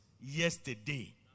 yesterday